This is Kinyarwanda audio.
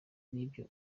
n’ibyo